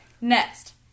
next